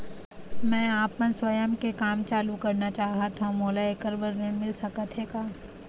मैं आपमन स्वयं के काम चालू करना चाहत हाव, मोला ऐकर बर ऋण मिल सकत हे का?